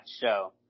show